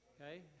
Okay